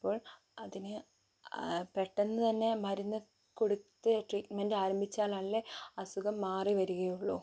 അപ്പോൾ അതിന് പെട്ടെന്ന് തന്നെ മരുന്ന് കൊടുത്ത് ട്രീറ്റ്മെന്റ് ആരംഭിച്ചാലല്ലേ അസുഖം മാറി വരികയുള്ളു